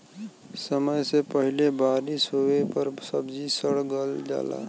समय से पहिले बारिस होवे पर सब्जी सड़ गल जाला